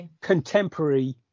contemporary